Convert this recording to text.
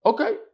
Okay